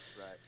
right